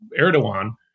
Erdogan